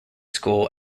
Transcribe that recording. school